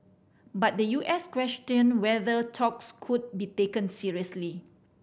but the U S questioned whether talks could be taken seriously